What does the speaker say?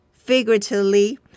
figuratively